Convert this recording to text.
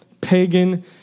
pagan